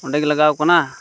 ᱚᱸᱰᱮᱜᱮ ᱞᱟᱜᱟᱣ ᱠᱟᱱᱟ